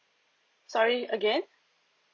sorry again